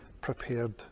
prepared